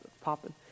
popping